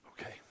Okay